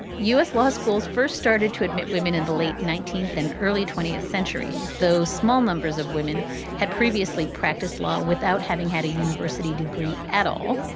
u s. law schools first started to admit women in the late nineteenth and early twentieth centuries, though small numbers of women had previously practiced law without having had a university degree at all.